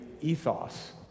ethos